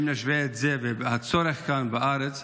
אם נשווה את זה לצורך כאן בארץ,